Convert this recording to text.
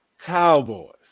Cowboys